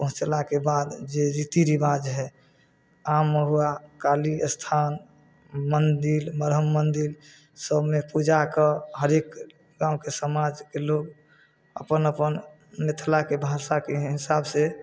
पहुँचलाके बाद जे रीति रिवाज हइ आम महुआ काली अस्थान मन्दिर ब्रह्म मन्दिर सबमे पूजा कऽ हरेक गामके समाजके लोक अपन अपन मिथिलाके भाषाके हिसाब से